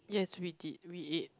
yes we did we ate